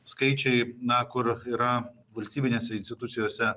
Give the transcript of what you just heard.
skaičiai na kur yra valstybinėse institucijose